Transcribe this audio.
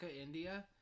India